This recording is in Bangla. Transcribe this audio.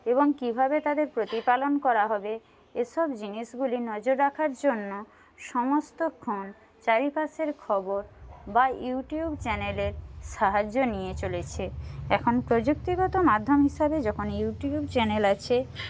এবং কীভাবে তাদের প্রতিপালন করা হবে এসব জিনিসগুলি নজর রাখার জন্য সমস্তক্ষণ চারিপাশের খবর বা ইউটিউব চ্যানেলের সাহায্য নিয়ে চলেছে এখন প্রযুক্তিগত মাধ্যম হিসাবে যখন ইউটিউব চ্যানেল আছে